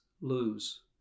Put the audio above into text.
lose